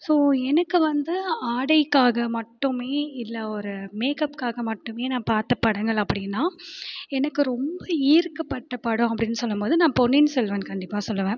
so எனக்கு வந்து ஆடைக்காக மட்டுமே இல்லை ஒரு மேக்கப்க்காக மட்டுமே நான் பார்த்த படங்கள் அப்படின்னா எனக்கு ரொம்ப ஈர்க்கப்பட்ட படம் அப்படின்னு சொல்லும்மோது நான் பொன்னியின் செல்வன் கண்டிப்பாக சொல்லுவேன்